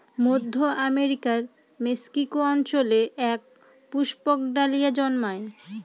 মধ্য আমেরিকার মেক্সিকো অঞ্চলে এক পুষ্পক ডালিয়া জন্মায়